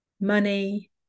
money